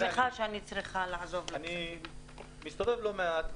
אני מסתובב לא מעט,